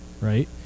right